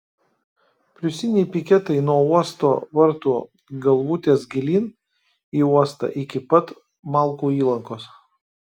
pliusiniai piketai nuo uosto vartų galvutės gilyn į uostą iki pat malkų įlankos